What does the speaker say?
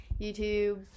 YouTube